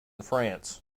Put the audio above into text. france